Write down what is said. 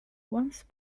once